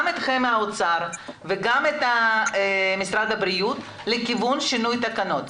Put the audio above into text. גם אתכם האוצר וגם את משרד הבריאות לכיוון שינוי תקנות.